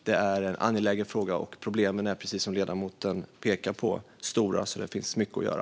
Det är en angelägen fråga, och problemen är, precis som ledamoten pekar på, stora. Här finns mycket att göra.